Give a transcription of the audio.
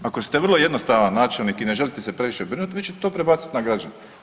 Ako ste vrlo jednostavan načelnik i ne želite se previše brinut, vi ćete to prebacit na građane.